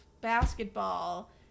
basketball